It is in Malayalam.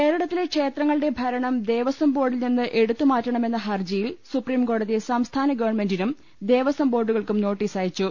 കേരളത്തിലെ ക്ഷേത്രങ്ങളുടെ ഭരണം ദേവസ്വം ബോർഡിൽ നിന്ന് എടുത്തുമാറ്റണമെന്ന ഹർജിയിൽ സുപ്രീംകോടതി സംസ്ഥാന ഗവൺമെന്റിനും ദേവസാം ബോർഡുകൾക്കും നോട്ടീസയച്ചു